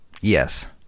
Yes